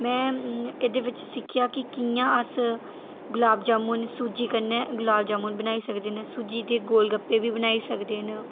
में एह्दे बिच सिक्खेआ कि कि'यां अस गुलाब जामुन सूजी कन्नै गुलाब जामुन बनाई सकदे न सूजी दे गोल गप्पे बी बनाई सकदे न